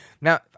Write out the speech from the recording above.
Now